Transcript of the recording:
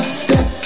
step